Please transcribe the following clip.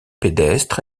pédestre